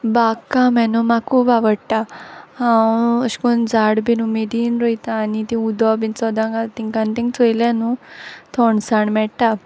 बागकाम हें न्हू म्हाका खूब आवडटा हांव अशें कोन्न झाड बीन उमेदीन रोयतां आनी तीं उदक बीन सोदां घालत तांकां तांकं चोयल्यार न्हू थोंडसाण मेळटा